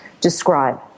describe